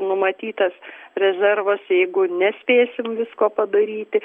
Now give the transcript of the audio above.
numatytas rezervas jeigu nespėsim visko padaryti